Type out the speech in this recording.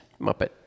Muppet